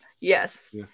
yes